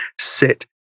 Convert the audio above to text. sit